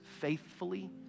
faithfully